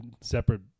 Separate